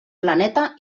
planeta